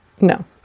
No